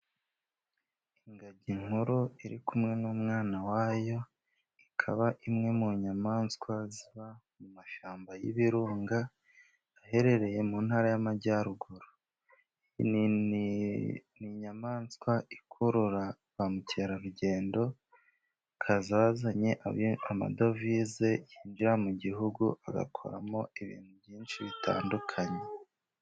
Ingagi nkuru iri kumwe n'umwana wayo, ikaba imwe mu nyamaswa ziba mu mashyamba y'ibirunga aherereye mu Ntara y'Amajyaruguru. Ni inyamaswa ikurura ba mukerarugendo, bakaza bazanye amadovize, yinjira mu gihugu agakoramo ibintu byinshi bitandukanye.